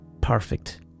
perfect